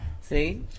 See